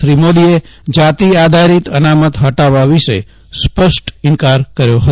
શ્રી મોદીએ જાતિ આધારિત અનામત હટાવવા વિશે સ્પષ્ટ ઈન્કાર કર્યો હતો